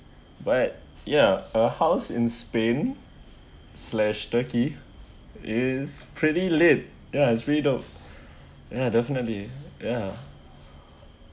but ya a house in spain slashed turkey is pretty hip ya it's pretty doe ya definitely ya